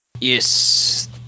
Yes